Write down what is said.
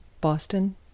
Boston